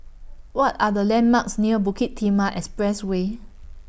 What Are The landmarks near Bukit Timah Expressway